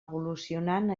evolucionant